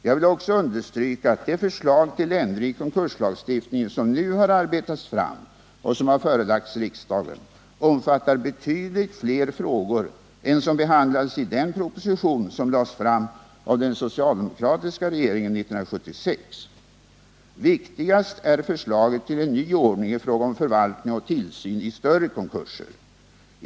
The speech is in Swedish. Jag vill också understryka att det förslag till ändring i konkurslagstiftningen som nu har arbetats fram och som har förelagts riksdagen omfattar betydligt fler frågor än som behandlades i den proposition som lades fram av den socialdemokratiska regeringen 1976. Viktigast är förslaget till en ny ordning i fråga om förvaltning och tillsyn i större konkurser.